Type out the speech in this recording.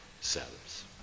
selves